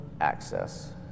access